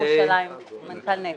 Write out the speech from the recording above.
נת"ע.